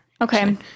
Okay